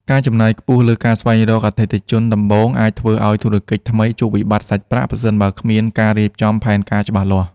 ការចំណាយខ្ពស់លើការស្វែងរកអតិថិជនដំបូងអាចធ្វើឱ្យធុរកិច្ចថ្មីជួបវិបត្តិសាច់ប្រាក់ ប្រសិនបើគ្មានការរៀបចំផែនការច្បាស់លាស់។